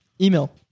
Email